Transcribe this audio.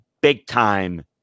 big-time